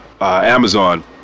Amazon